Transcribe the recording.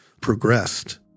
progressed